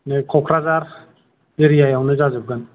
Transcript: बेयो कक्राझार एरियायावनो जाजोबगोन